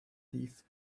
teeth